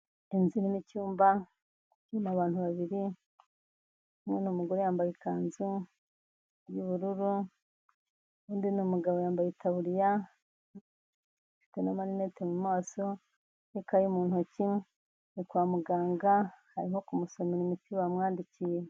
Inzu irimo icyumba, irimo abantu babiri umwe ni umugore yambaye ikanzu y'ubururu, undi ni umugabo yambaye itaburiya afite n'amarinete mu maso, n'ikayi mu ntoki ni kwa muganga arimo kumusomera imiti bamwandikiye.